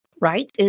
right